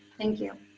thank you!